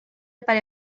pare